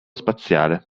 spaziale